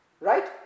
Right